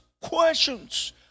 questions